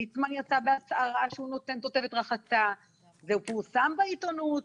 וליצמן יצא בהצהרה שהוא נותן תותבת רחצה ופורסם בעיתונות.